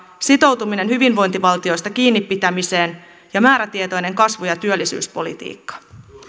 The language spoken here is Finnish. sitoutuminen hyvinvointivaltiosta kiinnipitämiseen ja määrätietoinen kasvu ja työllisyyspolitiikka